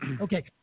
Okay